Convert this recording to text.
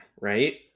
right